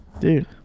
Dude